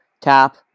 tap